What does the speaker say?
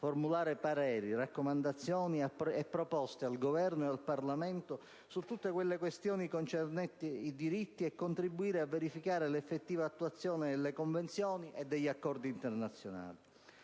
formulare pareri, raccomandazioni e proposte al Governo e al Parlamento su tutte le questioni concernenti i diritti umani; contribuire a verificare l'effettiva attuazione delle convenzioni e degli accordi internazionali.